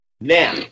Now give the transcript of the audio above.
Now